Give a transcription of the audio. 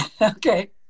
Okay